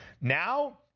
Now